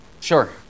Sure